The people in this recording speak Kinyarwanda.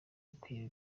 ukwiba